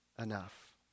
enough